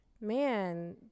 man